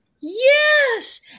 Yes